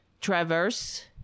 Traverse